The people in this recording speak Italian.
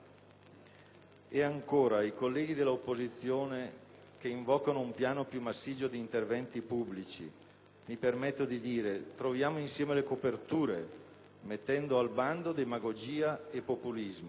E ancora, ai colleghi dell'opposizione, che invocano un piano più massiccio di interventi pubblici, mi permetto di dire: troviamo insieme le coperture, mettendo al bando demagogia e populismo.